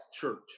church